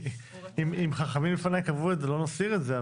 אם חכמים לפני קבעו את זה לא נסיר את זה,